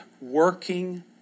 working